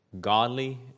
godly